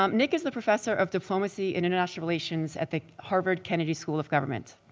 um nick is the professor of diplomacy and international relations at the harvard kennedy school of government.